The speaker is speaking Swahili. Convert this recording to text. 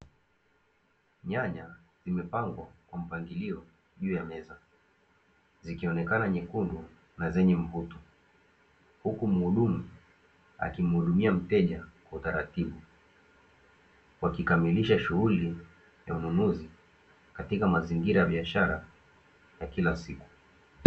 Nyanya zimepangwa kwa mpangilio juu ya meza, zikionekana nyekundu na zenye mvuto. Huku mhudumu akimhudumia mteja kwa utaratibu, wakikamilisha shughuli ya ununuzi katika mazingira ya biashara ya kila siku.